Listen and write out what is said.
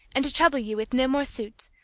and to trouble you with no more suit,